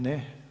Ne.